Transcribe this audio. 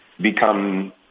become